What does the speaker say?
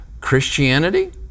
Christianity